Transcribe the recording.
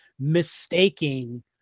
Mistaking